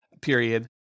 period